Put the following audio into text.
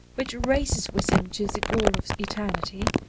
which races with him to the goal of eternity,